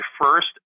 first